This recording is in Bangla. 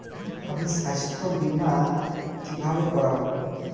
আমি স্বাস্থ্য বিমা কিভাবে করাব?